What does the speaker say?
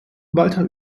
walter